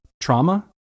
trauma